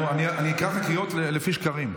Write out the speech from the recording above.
אני אקרא קריאות לפי שקרים.